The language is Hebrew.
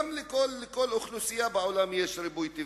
אבל גם לכל אוכלוסייה בעולם יש ריבוי טבעי.